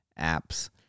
apps